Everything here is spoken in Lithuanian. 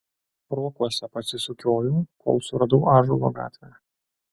rokuose pasisukiojau kol suradau ąžuolo gatvę